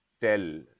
tell